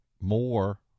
more